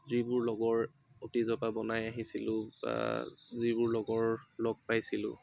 যিবোৰ লগৰ অতিজৰ পৰা বনাই আহিছিলো বা যিবোৰ লগৰ লগ পাইছিলো